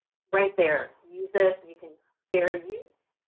right there use it you can fair use.